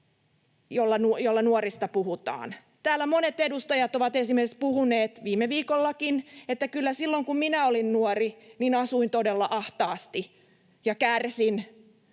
jolla nuorista puhutaan. Täällä monet edustajat ovat puhuneet esimerkiksi viime viikollakin, että kyllä silloin, kun minä olin nuori, asuin todella ahtaasti ja kärsin,